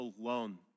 alone